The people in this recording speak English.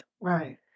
Right